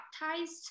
baptized